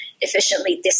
efficiently